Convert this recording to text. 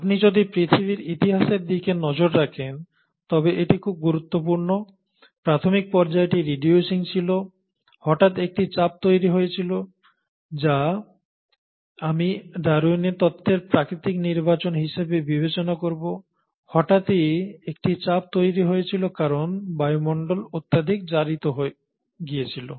আপনি যদি পৃথিবীর ইতিহাসের দিকে নজর রাখেন তবে এটি খুব গুরুত্বপূর্ণ প্রাথমিক পর্যায়টি রিডিউসিং ছিল হঠাৎ একটি চাপ তৈরি হয়েছিল যা আমি ডারউইনের তত্ত্বের প্রাকৃতিক নির্বাচন হিসাবে বিবেচনা করব হঠাৎই একটি চাপ তৈরি হয়েছিল কারণ বায়ুমণ্ডল অত্যধিক জারিত হয়ে গিয়েছিল